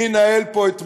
מי ינהל פה את מה,